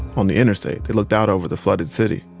on the interstate, they looked out over the flooded city.